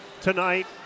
tonight